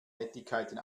nettigkeiten